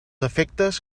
efectes